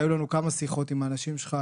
והיו לנו כמה שיחות עם האנשים שלך,